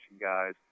guys